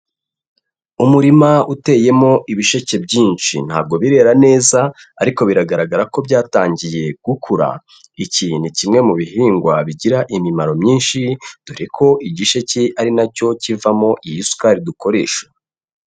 Umurima uteyemo ibisheke byinshi ntabwo birera neza, ariko biragaragara ko byatangiye gukura. Iki ni kimwe mu bihingwa bigira imimaro myinshi, dore ko igisheke ari na cyo kivamo iyi sukari dukoresha.